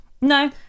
No